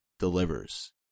delivers